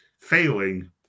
failing